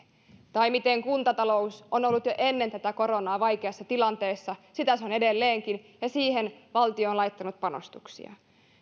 liikaa ja kuntatalous on ollut jo ennen tätä koronaa vaikeassa tilanteessa sitä se on edelleenkin ja siihen valtio on laittanut panostuksia